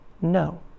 No